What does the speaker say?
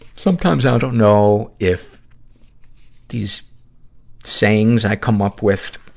sometimes i don't know if these sayings i come up with